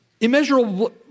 immeasurable